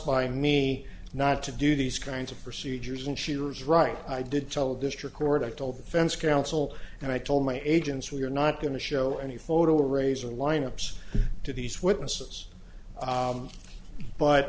by me not to do these kinds of procedures and she was right i did tell district court i told the fence counsel and i told my agents we're not going to show any photo raiser lineups to these witnesses